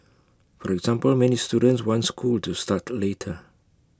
for example many students want school to start later